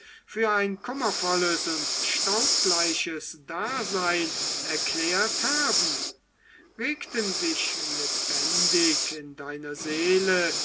für ein kummervolles und staubgleiches dasein erklärt haben regten sich lebendig in deiner seele